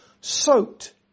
soaked